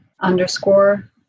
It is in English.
underscore